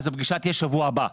הפגישה תהיה בשבוע הבא,